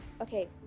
okay